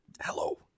Hello